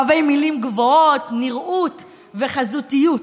אוהבי מילים גבוהות, נראות וחזותיות.